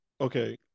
Okay